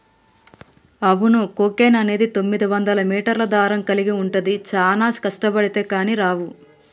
అవును కోకెన్ అనేది తొమ్మిదివందల మీటర్ల దారం కలిగి ఉంటుంది చానా కష్టబడితే కానీ రావు